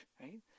right